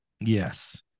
Yes